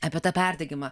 apie tą perteikimą